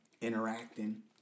interacting